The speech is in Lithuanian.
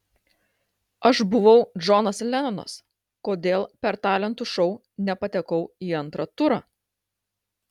aš buvau džonas lenonas kodėl per talentų šou nepatekau į antrą turą